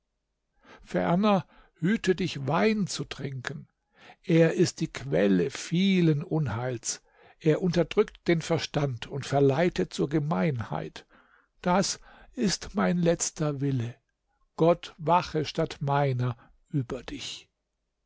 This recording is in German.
ferner hüte dich wein zu trinken er ist die quelle vielen unheils er unterdrückt den verstand und verleitet zur gemeinheit das ist mein letzter wille gott wache statt meiner über dich